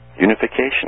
Unification